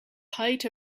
height